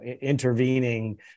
intervening